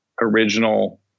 original